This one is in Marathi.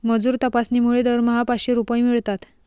मजूर तपासणीमुळे दरमहा पाचशे रुपये मिळतात